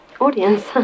audience